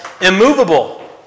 immovable